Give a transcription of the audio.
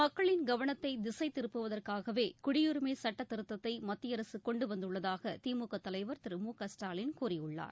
மக்களின் கவனத்தை திசைதிருப்புவதற்காகவே குடியுரிமை சுட்டதிருத்தத்தை மத்திய அரசு கொண்டு வந்துள்ளதாக திமுக தலைவர் திரு மு க ஸ்டாலின் கூறியுள்ளார்